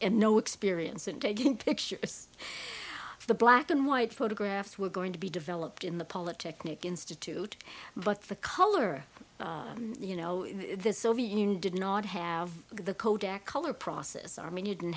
and no experience and i didn't picture the black and white photographs were going to be developed in the polytechnic institute but the color you know this soviet union did not have the kodak color process i mean you didn't